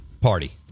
party